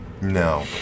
No